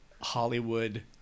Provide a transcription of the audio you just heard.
Hollywood